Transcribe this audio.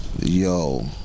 Yo